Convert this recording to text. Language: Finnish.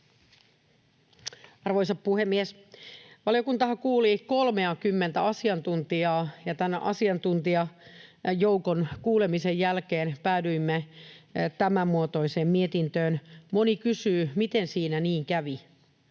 Arvoisa puhemies! Valiokuntahan kuuli 30:tä asiantuntijaa, ja tämän asiantuntijajoukon kuulemisen jälkeen päädyimme tämän muotoiseen mietintöön. Moni kysyy, miten siinä niin kävi.